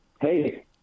hey